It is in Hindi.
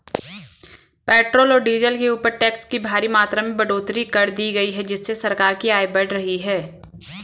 पेट्रोल और डीजल के ऊपर टैक्स की भारी मात्रा में बढ़ोतरी कर दी गई है जिससे सरकार की आय बढ़ रही है